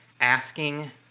asking